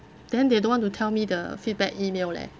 then they don't want to tell me the feedback email leh